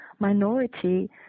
Minority